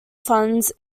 funds